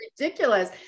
ridiculous